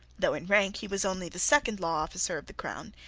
though in rank he was only the second law officer of the crown,